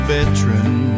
Veteran